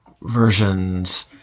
versions